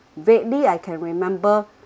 vaguely I can remember